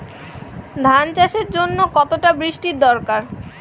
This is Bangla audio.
ধান চাষের জন্য কতটা বৃষ্টির দরকার?